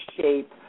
shape